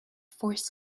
forced